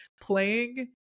playing